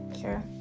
sure